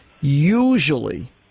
usually